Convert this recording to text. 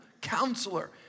Counselor